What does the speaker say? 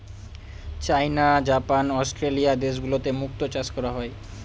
চাইনা, Japan, Australia দেশগুলোতে মুক্তো চাষ করা হয়